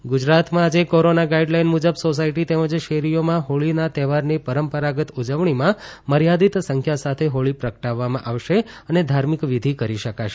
ગુજરાત હોળી ગુજરાતમાં આજે corona guideline મુજબ સોસાયટી તેમજ શેરીઓમાં હોળીના તહેવારની પરંપરાગત ઉજવણીમાં મર્યાદિત સંખ્યા સાથે હોળી પ્રગટાવવામાં આવશે અને ધાર્મિક વિઘિ કરી શકાશે